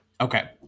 Okay